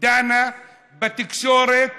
דנה בתקשורת